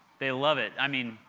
they love it. i mean,